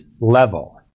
level